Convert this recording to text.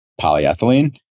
polyethylene